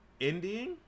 ending